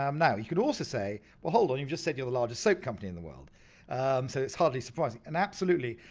um now, you could also say, well, hold on, you've just said you're the largest soap company in the world um so that's hardly surprising. and absolutely.